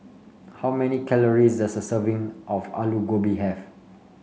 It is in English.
how many calories does a serving of Alu Gobi have